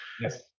Yes